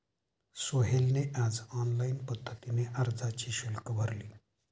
सोहेलने आज ऑनलाईन पद्धतीने अर्जाचे शुल्क भरले